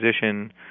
position